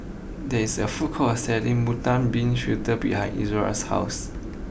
there is a food court selling Bean behind Izora's house